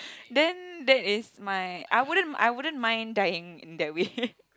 then that is my I wouldn't I wouldn't mind dying in that way